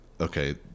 okay